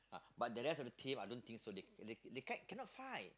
but the rest of the team I don't think so leh they they can cannot fight